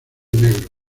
negro